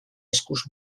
eskuz